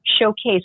showcase